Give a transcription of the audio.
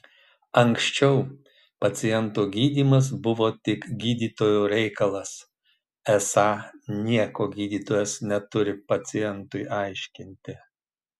anksčiau paciento gydymas buvo tik gydytojo reikalas esą nieko gydytojas neturi pacientui aiškinti